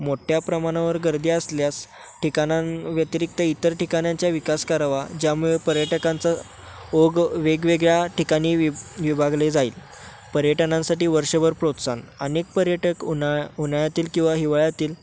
मोठ्या प्रमाणावर गर्दी असल्यास ठिकाणांव्यतिरिक्त इतर ठिकाणांच्या विकास करावा ज्यामुळे पर्यटकांचा ओघ वेगवेगळ्या ठिकाणी वि विभागले जाईल पर्यटनांसाठी वर्षभर प्रोत्साहन अनेक पर्यटक उन्हाळ्या उन्हाळ्यातील किंवा हिवाळ्यातील